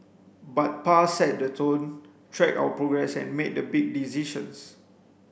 but Pa set the tone tracked our progress and made the big decisions